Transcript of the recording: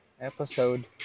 episode